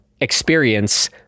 experience